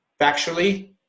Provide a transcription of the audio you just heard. factually